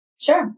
Sure